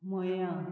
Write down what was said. मया